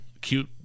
cute